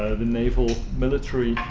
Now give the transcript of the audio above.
ah the naval military,